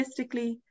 logistically